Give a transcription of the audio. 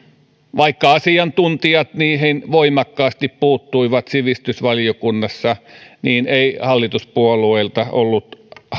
vaikka asiantuntijat niihin voimakkaasti puuttuivat sivistysvaliokunnassa ei hallituspuolueilla ollut